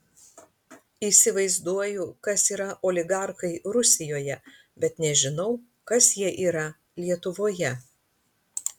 įsivaizduoju kas yra oligarchai rusijoje bet nežinau kas jie yra lietuvoje